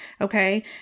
Okay